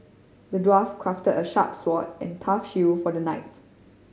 the dwarf crafted a sharp sword and a tough shield for the knight